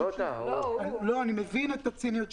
אני מבין את הציניות,